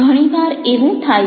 ઘણીવાર એવું થાય છે